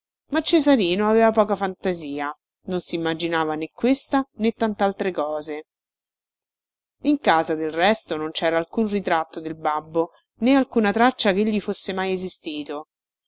ma cesarino aveva poca fantasia non simmaginava né questa né tantaltre cose in casa del resto non cera alcun ritratto del babbo né alcuna traccia chegli fosse mai esistito